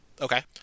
Okay